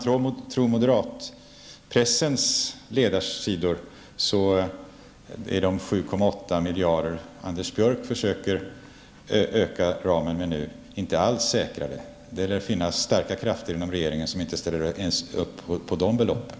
Skall man tro moderatpressens ledarsidor, är de 7,8 miljarder som Anders Björck försöker öka ramen med inte alls säkrade. Det lär finnas starka krafter inom regeringen som inte ställer upp ens på det beloppet.